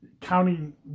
counting